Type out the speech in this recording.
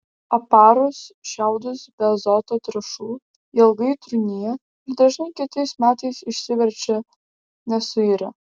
aparus šiaudus be azoto trąšų jie ilgai trūnija ir dažnai kitais metais išsiverčia nesuirę